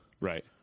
Right